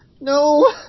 No